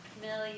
million